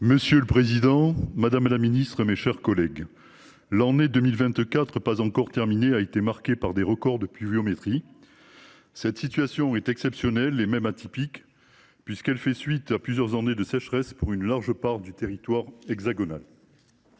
Monsieur le président, madame la ministre, mes chers collègues, l’année 2024, qui n’est pas encore terminée, a été marquée par des records de pluviométrie. Cette situation est exceptionnelle et même atypique, puisqu’elle intervient après plusieurs années de sécheresse dans une large partie du territoire hexagonal.